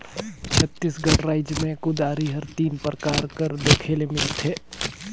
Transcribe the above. छत्तीसगढ़ राएज मे कुदारी हर तीन परकार कर देखे ले मिलथे